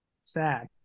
sad